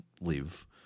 live